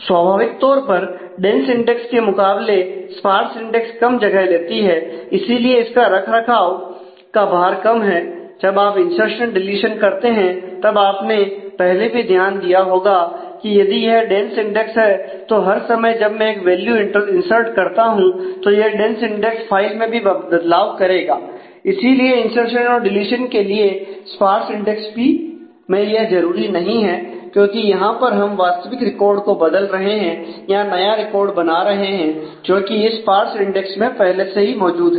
स्वाभाविक तौर पर डेंस इंडेक्स के मुकाबले स्पार्स इंडेक्स कम जगह लेती है इसीलिए इसका रखरखाव का भार कम है जब आप इनर्सशन डीलीशन करते हैं तब आपने पहले भी ध्यान दिया होगा कि यदि यह डेंस इंडेक्स है तो हर समय जब मैं एक वैल्यू इंसर्ट करता हूं तो यह डेंस इंडेक्स फाइल मैं भी बदलाव करेगा इसीलिए इनर्सशन और डीलीशन के लिए स्पार्स इंडेक्स में यह जरूरी नहीं है क्योंकि यहां पर हम वास्तविक रिकॉर्ड को बदल रहे हैं या नया रिकॉर्ड बना रहे हैं जो कि इस स्पार्स इंडेक्स में यह पहले से मौजूद है